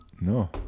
No